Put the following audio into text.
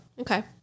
Okay